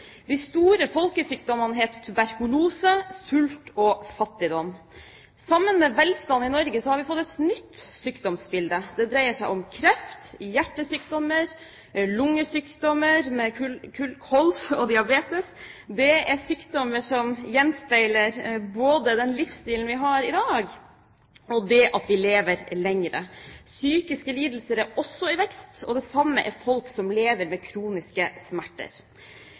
De store «folkesykdommene» het tuberkulose, sult og fattigdom. Sammen med velstanden i Norge har vi fått et nytt sykdomsbilde. Det dreier seg om kreft, hjertesykdommer, lungesykdommer med kols og diabetes. Det er sykdommer som gjenspeiler både den livsstilen vi har i dag, og det at vi lever lenger. Psykiske lidelser er også i vekst, og det samme gjelder folk som lever med kroniske smerter.